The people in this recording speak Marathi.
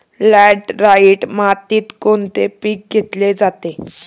लॅटराइट मातीत कोणते पीक घेतले जाते?